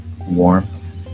Warmth